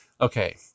Okay